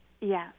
Yes